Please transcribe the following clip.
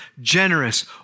generous